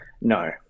No